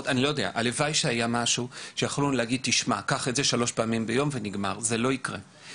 הלוואי שהיה משהו שאפשר לתת שלוש פעמים ביום וזה יפתור את זה.